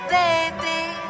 baby